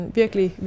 virkelig